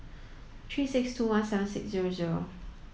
three six two one seven six zero zero